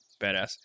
badass